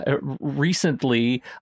recently